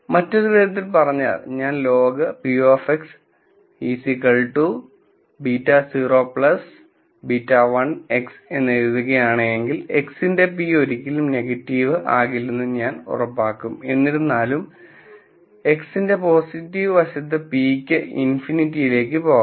മറ്റൊരു വിധത്തിൽ പറഞ്ഞാൽ ഞാൻ ലോഗ് p β0 β1 x എന്ന് എഴുതുകയാണെങ്കിൽ x ന്റെ p ഒരിക്കലും നെഗറ്റീവ് ആകില്ലെന്ന് ഞാൻ ഉറപ്പാക്കും എന്നിരുന്നാലും x ന്റെ പോസിറ്റീവ് വശത്ത് p ക്ക് ∞ ലേക്ക് പോകാം